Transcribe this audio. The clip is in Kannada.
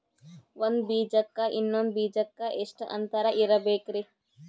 ಒಂದ್ ಬೀಜಕ್ಕ ಇನ್ನೊಂದು ಬೀಜಕ್ಕ ಎಷ್ಟ್ ಅಂತರ ಇರಬೇಕ್ರಿ?